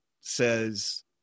says